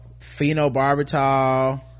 phenobarbital